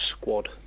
squad